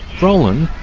roland,